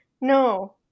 No